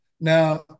Now